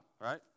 right